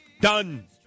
Done